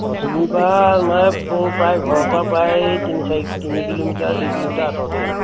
অ' চুবুৰীৰ পৰা মানে প্ৰায় ঘৰৰ পৰা প্ৰায় তিনি চাৰি তিনি কিলোমিটাৰ দুই কিলোমিটাৰ আঁতৰতে হ'ব